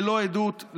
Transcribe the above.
ללא עדות,